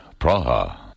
Praha